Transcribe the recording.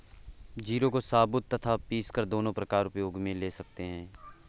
जीरे को साबुत तथा पीसकर दोनों प्रकार उपयोग मे ले सकते हैं